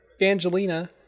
Angelina